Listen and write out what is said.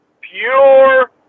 Pure